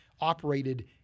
operated